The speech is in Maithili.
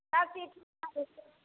सभचीज ठीक भऽ जेतै